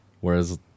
Whereas